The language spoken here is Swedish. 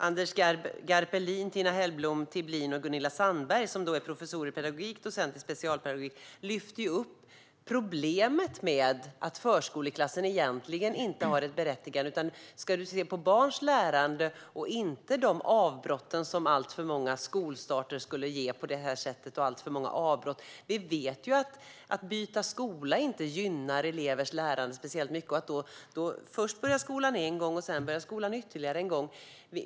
Anders Garpelin, Tina Hellblom-Thibblin och Gunilla Sandberg - professorer i pedagogik, docenter i specialpedagogik - lyfter upp problemet med att förskoleklassen egentligen inte har något berättigande när det gäller barns lärande och de avbrott som alltför många skolstarter skulle ge. Vi vet ju att byte av skola inte gynnar elevers lärande speciellt mycket, om de först börjar skolan en gång och sedan börjar skolan ytterligare en gång.